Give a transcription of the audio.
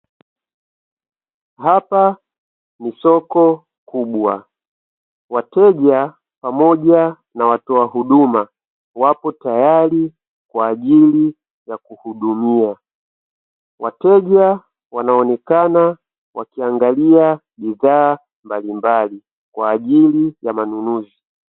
Hapa ni soko kubwa wateja pamoja na watoa huduma wapo tayari kwa ajili ya kuhudumia, wateja wanaonekana wakiangalia bidhaa mbalimbali kwa ajili ya manunuzi.